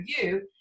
view